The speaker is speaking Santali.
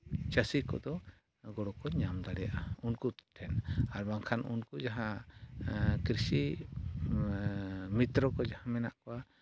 ᱪᱟᱹᱥᱤ ᱠᱚᱫᱚ ᱜᱚᱲᱚ ᱠᱚ ᱧᱟᱢ ᱫᱟᱲᱮᱭᱟᱜᱼᱟ ᱩᱱᱠᱩ ᱴᱷᱮᱱ ᱟᱨ ᱵᱟᱝᱠᱷᱟᱱ ᱩᱱᱠᱩ ᱡᱟᱦᱟᱸ ᱠᱨᱤᱥᱤ ᱢᱤᱛᱨᱚ ᱠᱚ ᱡᱟᱦᱟᱸ ᱢᱮᱱᱟᱜ ᱠᱚᱣᱟ